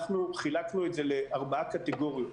אנחנו חילקנו את זה לארבע קטגוריות: